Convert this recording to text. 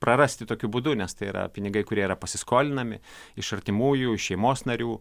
prarasti tokiu būdu nes tai yra pinigai kurie yra pasiskolinami iš artimųjų iš šeimos narių